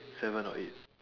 seven or eight